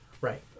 Right